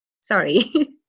Sorry